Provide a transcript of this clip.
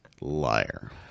liar